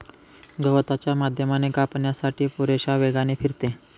गवताच्या माध्यमाने कापण्यासाठी पुरेशा वेगाने फिरते